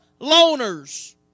loners